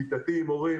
כיתתי עם הורים